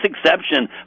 exception